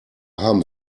haben